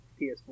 PS4